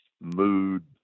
mood